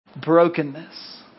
brokenness